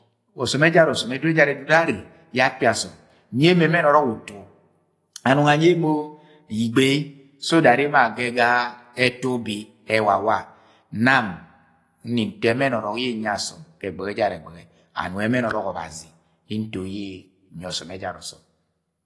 Ọsọm ẹjara Ọsọm ẹdudu ẹjara edudu yẹ ane yẹ akpi asọm, nyi emọ ẹmẹn ọrọk utu ạnọnh anyi emo ignẹi so that emo agba: ga ẹtu ubi ewawa. Nam nni nto ẹmẹn ọrọk ye nyi ạsọm ga ẹgbẹshẹ and wa ẹmẹn ọrọk Ọgbazi ye nto ye nyi ẹsọm ẹjara ọsọm.